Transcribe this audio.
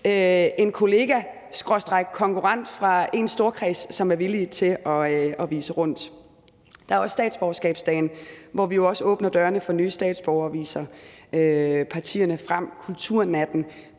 en kollega skråstreg konkurrent fra ens storkreds, som er villig til at vise rundt. Der er også statsborgerskabsdagen, hvor vi jo også åbner dørene for nye statsborgere og viser partierne frem, og kulturnatten